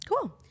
cool